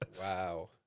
Wow